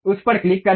उस पर क्लिक करें